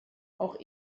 auch